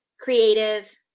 Creative